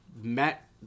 met